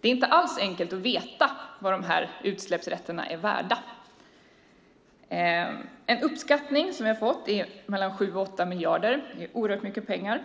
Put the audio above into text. Det är inte alls enkelt att veta vad utsläppsrätterna är värda. En uppskattning som vi har fått är 7-8 miljarder. Det är oerhört mycket pengar.